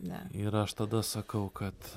ne ir aš tada sakau kad